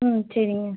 ம் சரிங்க